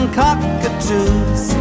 cockatoos